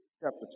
chapter